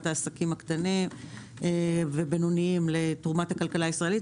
העסקים הקטנים והבינוניים לתרומת הכלכלה הישראלית.